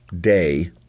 day